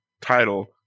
title